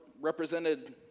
represented